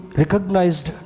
recognized